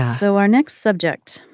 so our next subject.